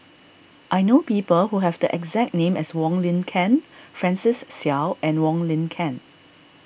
I know people who have the exact name as Wong Lin Ken Francis Seow and Wong Lin Ken